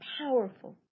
powerful